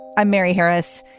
i'm mary harris.